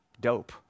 dope